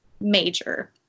major